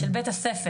של בית הספר,